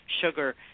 sugar